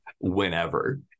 Whenever